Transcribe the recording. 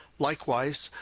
likewise,